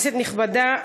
כנסת נכבדה,